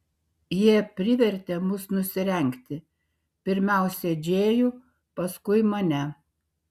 jie privertė mus nusirengti pirmiausia džėjų paskui mane